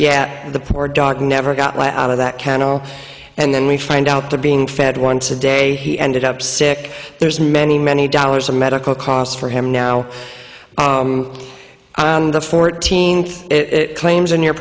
yet the poor dog never got out of that kennel and then we find out to being fed once a day he ended up sick there's many many dollars of medical costs for him now on the fourteenth it claims in your